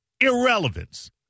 irrelevance